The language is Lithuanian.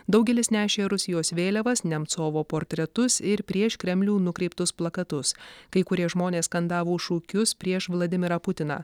daugelis nešė rusijos vėliavas nemcovo portretus ir prieš kremlių nukreiptus plakatus kai kurie žmonės skandavo šūkius prieš vladimirą putiną